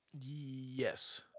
Yes